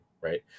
right